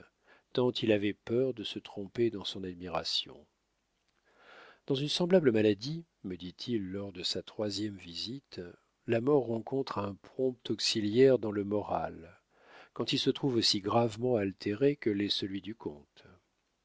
tant il avait peur de se tromper dans son admiration dans une semblable maladie me dit-il lors de sa troisième visite la mort rencontre un prompt auxiliaire dans le moral quand il se trouve aussi gravement altéré que l'est celui du comte